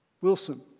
Wilson